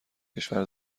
کشور